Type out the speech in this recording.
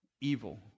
evil